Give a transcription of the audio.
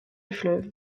fleuve